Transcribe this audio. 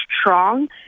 strong